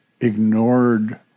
ignored